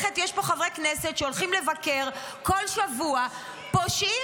יש פה חברי כנסת שהולכים לבקר כל שבוע -- פושעים.